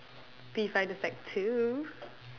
P five to sec two